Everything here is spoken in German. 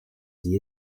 sie